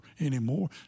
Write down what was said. anymore